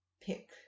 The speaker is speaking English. pick